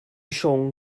siôn